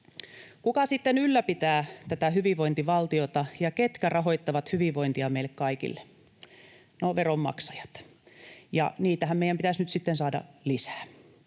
ylläpitää tätä hyvinvointivaltiota, ja ketkä rahoittavat hyvinvointia meille kaikille? No veronmaksajat, ja niitähän meidän pitäisi nyt sitten